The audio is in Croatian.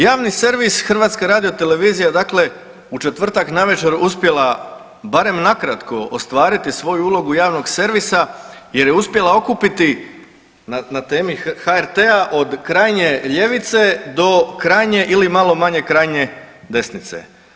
Javni servis HRT je dakle u četvrtak navečer uspjela barem nakratko ostvariti svoju ulogu javnog servisa jer je uspjela okupiti na temi HRT-a od krajnje ljevice do krajnje ili malo manje krajnje desnice.